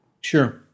Sure